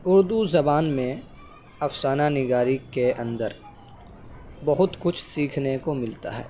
اردو زبان میں افسانہ نگاری کے اندر بہت کچھ سیھکنے کو ملتا ہے